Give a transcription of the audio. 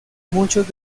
muchos